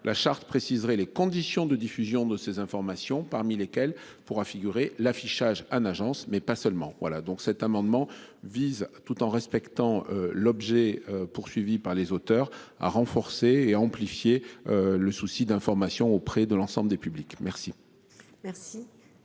la charte préciserez les conditions de diffusion de ces informations, parmi lesquels pourra figurer l'affichage Anne agence mais pas seulement. Voilà donc cet amendement vise tout en respectant l'objet poursuivi par les auteurs à renforcer et amplifier. Le souci d'information auprès de l'ensemble des publics. Merci.